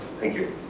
thank you.